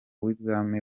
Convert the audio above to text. w’ibwami